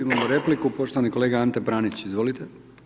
Imamo repliku, poštovani kolega Ante Pranić, izvolite.